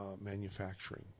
manufacturing